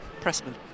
pressman